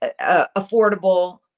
affordable